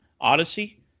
Odyssey